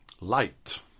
light